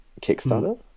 Kickstarter